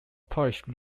polish